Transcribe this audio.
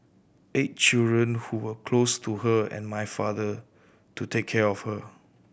eight children who were close to her and my father to take care of her